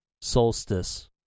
solstice